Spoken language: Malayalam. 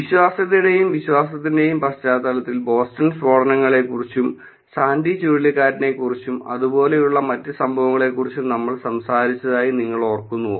വിശ്വാസ്യതയുടെയും വിശ്വാസത്തിന്റെയും പശ്ചാത്തലത്തിൽ ബോസ്റ്റൺ സ്ഫോടനങ്ങളെക്കുറിച്ചും സാൻഡി ചുഴലിക്കാറ്റിനെക്കുറിച്ചും റഫർ സമയം 0744 അതുപോലെയുള്ള മറ്റു സംഭവങ്ങളെക്കുറിച്ചും നമ്മൾ സംസാരിച്ചതായി നിങ്ങൾ ഓർക്കുന്നോ